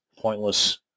pointless